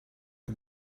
que